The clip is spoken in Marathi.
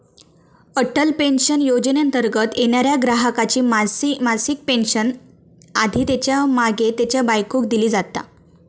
अटल पेन्शन योजनेंतर्गत येणाऱ्या ग्राहकाची मासिक पेन्शन आधी त्येका मागे त्येच्या बायकोक दिली जाता